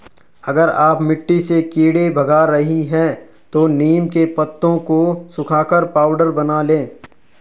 अगर आप मिट्टी से कीड़े भगा रही हैं तो नीम के पत्तों को सुखाकर पाउडर बना लें